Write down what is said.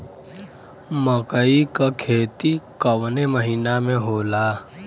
मकई क खेती कवने महीना में होला?